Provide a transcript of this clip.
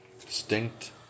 distinct